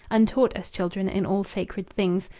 untaught as children in all sacred things,